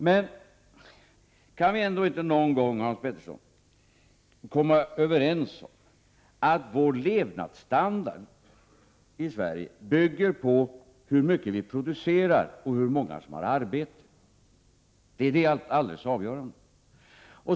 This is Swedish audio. Men, Hans Petersson, kan vi inte någon gång komma överens om att vår levnadsstandard bygger på hur mycket vi producerar och hur många som har arbete? Det är det alldeles avgörande.